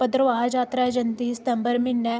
भद्रवाह जात्तरा जंदी सतंबर म्हीनै